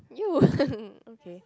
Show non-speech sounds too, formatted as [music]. !eww! [laughs] okay